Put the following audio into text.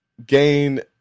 Gain